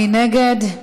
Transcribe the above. מי נגד?